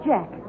Jack